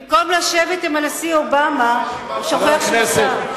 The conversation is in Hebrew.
במקום לשבת עם הנשיא אובמה, השר ארדן,